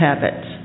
habits